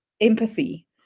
empathy